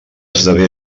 esdevé